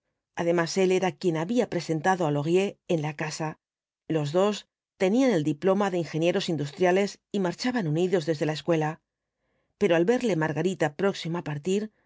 además él era quien había presentado á laurier en la casa los dos tenían el diploma de ingenieros industriales y marchaban unidos desde la escuela pero al verle margarita próximo á partir